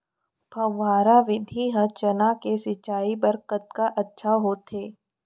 फव्वारा विधि ह चना के सिंचाई बर कतका अच्छा होथे?